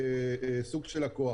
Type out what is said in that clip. סוג של לקוח.